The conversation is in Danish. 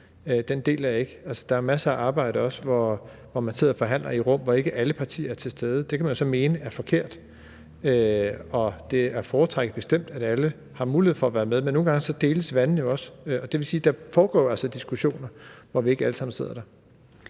deler jeg ikke. Der er også masser af arbejde, hvor man sidder og forhandler i rum, hvor ikke alle partier er til stede. Det kan man jo så mene er forkert, og det er bestemt at foretrække, at alle har mulighed for at være med, men nogle gange deles vandene jo også, og det vil sige, at der jo altså foregår diskussioner, hvor vi ikke alle sammen sidder der.